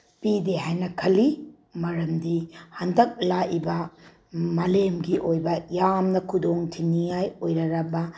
ꯄꯤꯗꯦ ꯍꯥꯏꯅ ꯈꯜꯂꯤ ꯃꯔꯝꯗꯤ ꯍꯟꯗꯛ ꯂꯥꯛꯏꯕ ꯃꯥꯂꯦꯝꯒꯤ ꯑꯣꯏꯕ ꯌꯥꯝꯅ ꯈꯨꯗꯣꯡ ꯊꯤꯅꯤꯡꯉꯥꯏ ꯑꯣꯏꯔꯔꯕ